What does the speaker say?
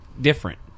different